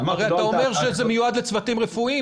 הרי אתה אומר שזה מיועד לצוותים רפואיים,